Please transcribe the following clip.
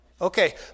Okay